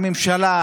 הממשלה,